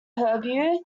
hebrew